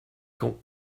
con